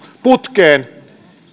putkeen